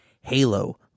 Halo